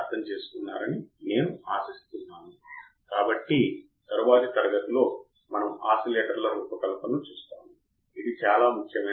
inverting amplifier పనిచేస్తుంది లేదా virtual ground చిత్రంలోకి ఎలా వస్తాయి కాబట్టి ఈ భావనలను మనం చూస్తాము ఇన్పుట్ బయాస్ కరెంట్ చాలా ముఖ్యం అని